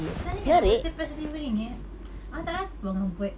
sebenarnya kan nak buat surprise delivery ni I tak rasa pun nak buat